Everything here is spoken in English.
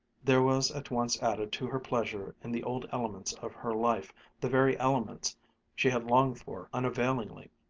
there was at once added to her pleasure in the old elements of her life the very elements she had longed for unavailingly.